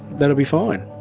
that'll be fine.